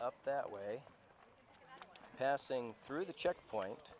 up that way passing through the checkpoint